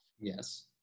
yes